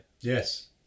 Yes